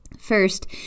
First